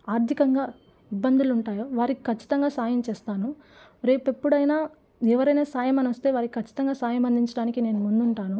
ఆర్థికంగా ఇబ్బందులు ఉంటాయో వారికి ఖచ్చితంగా సాయం చేస్తాను రేపు ఎప్పుడైనా ఎవరైనా సాయం అని వస్తే వారికి ఖచ్చితంగా సాయం అందించడానికి నేను ముందుంటాను